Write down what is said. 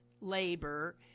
labor